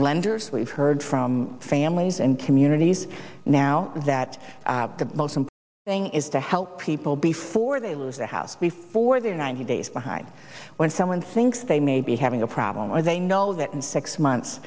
lenders we've heard from families and communities now that most thing is to help people before they lose their house before they're ninety days behind when someone thinks they may be having a problem or they know that in six months